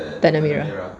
tanah merah